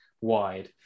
wide